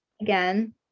Again